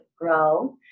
grow